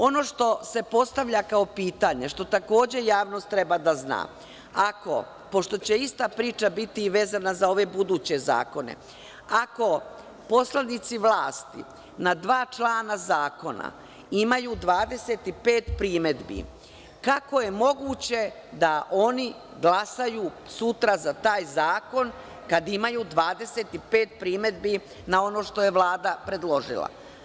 Ono što se postavlja pitanje, što takođe javnost treba da zna, pošto će ista priča biti vezana za ove buduće zakone, ako poslanici vlasti na dva člana zakona imaju 25 primedbi, kako je moguće da oni glasaju sutra za taj zakon, kada imaju 25 primedbi na ono što je Vlada predložila?